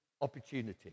opportunity